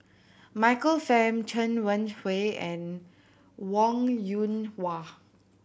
Michael Fam Chen Wen Hsi and Wong Yoon Wah